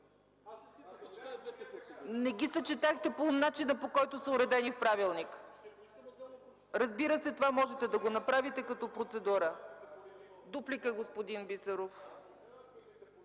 Не ги съчетахте по начина, по който са уредени в правилника. Разбира се, това можете да го направите като процедура. Дуплика, господин Бисеров?